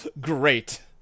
Great